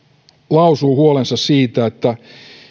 lausuu huolensa siitä että